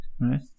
right